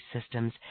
systems